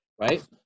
right